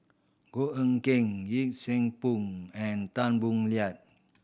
Goh Eck Kheng Yee Siew Pun and Tan Boo Liat